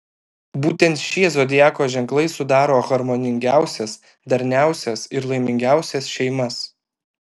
būtent šie zodiako ženklai sudaro harmoningiausias darniausias ir laimingiausias šeimas